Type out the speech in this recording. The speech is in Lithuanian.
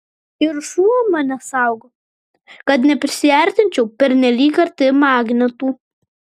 ir šuo mane saugo kad neprisiartinčiau pernelyg arti magnetų